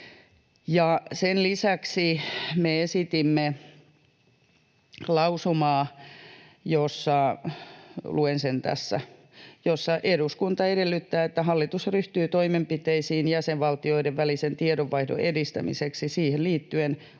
Sen lisäksi me esitimme lausumaa — luen sen tässä — jossa ”eduskunta edellyttää, että hallitus ryhtyy toimenpiteisiin jäsenvaltioiden välisen tiedonvaihdon edistämiseksi siihen liittyen,